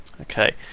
Okay